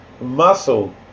muscle